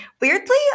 Weirdly